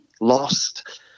lost